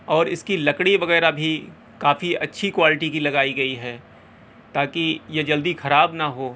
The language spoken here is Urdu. اور اس کی لکڑی وغیرہ بھی کافی اچھی کوالٹی کی لگائی گئی ہے تاکہ یہ جلدی خراب نہ ہو